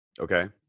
Okay